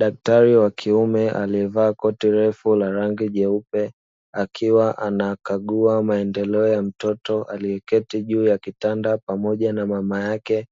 Daktari wa kiume aliyevaa koti refu la rangi jeupe akiwa anakagua maendeleo ya mtoto aliyeketi juu ya kitanda pamoja na mama yake,